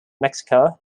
mexico